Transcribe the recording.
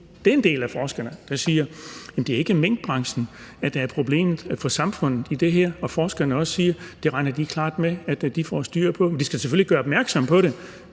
det, når en del af forskerne siger, at det ikke er minkbranchen, der er problemet for samfundet i det her. Det regner forskerne klart med at de får styr på, men de skal selvfølgelig gøre opmærksom på det.